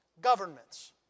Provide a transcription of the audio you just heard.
governments